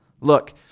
Look